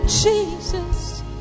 Jesus